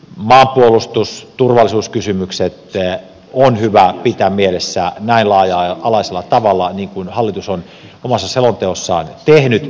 siksi maanpuolustus turvallisuuskysymykset on hyvä pitää mielessä näin laaja alaisella tavalla niin kuin hallitus on omassa selonteossaan tehnyt